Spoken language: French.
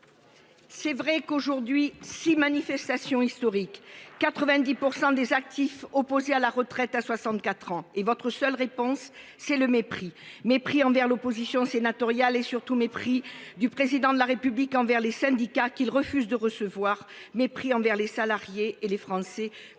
Venons-en à l'amendement ! Six manifestations historiques, 90 % des actifs opposés à la retraite à 64 ans, et votre seule réponse, c'est le mépris. Mépris envers l'opposition sénatoriale, et surtout mépris du Président de la République envers les syndicats, qu'il refuse de recevoir. Mépris envers les salariés et les Français.